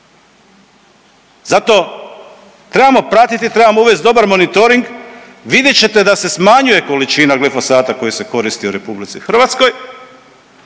Zato trebamo pratiti i trebamo uvesti dobar monitoring, vidjet ćete da se smanjuje količina glifosata koji se koristi u RH i da nije